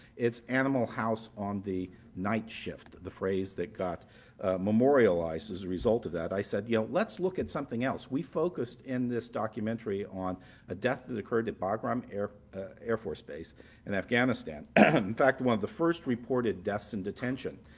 it's animal house on the night shift the phrase that got memorialized as a result of that. i said you know let's look at something else. we focused in this documentary on a death that occurred at bagram air air force base in afghanistan and in fact, one of the first reported deaths in detention.